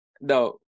no